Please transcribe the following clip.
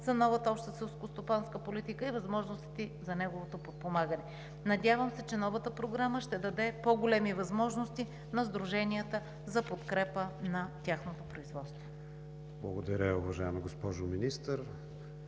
за новата обща селскостопанска политика и възможности за неговото подпомагане. Надявам се, че новата програма ще даде по-големи възможности на сдруженията за подкрепа на тяхното производство. ПРЕДСЕДАТЕЛ КРИСТИАН ВИГЕНИН: Благодаря, уважаема госпожо Министър.